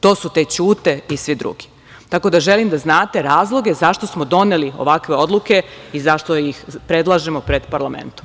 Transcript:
To su te Ćute i svi drugi, tako da želim da znate razloge zašto smo doneli ovakve odluke i zašto ih predlažemo pred parlamentom.